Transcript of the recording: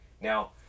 Now –